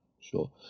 sure